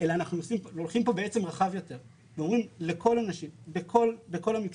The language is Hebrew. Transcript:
אלא אנחנו הולכים כאן רחב יותר ואומרים לכל הנשים בכל המקצועות.